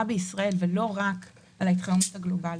בישראל ולא רק על ההתחממות הגלובלית.